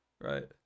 right